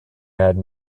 had